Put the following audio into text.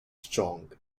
strong